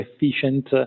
efficient